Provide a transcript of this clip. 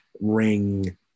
ring